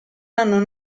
hanno